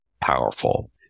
powerful